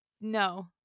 no